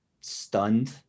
stunned